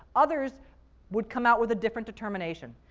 others would come out with a different determination,